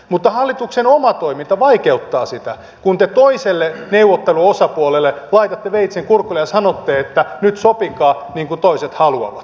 mutta hallituksen oma toiminta vaikeuttaa sitä kun te toiselle neuvotteluosapuolelle laitatte veitsen kurkulle ja sanotte että nyt sopikaa niin kuin toiset haluavat